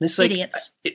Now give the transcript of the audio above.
Idiots